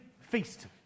feast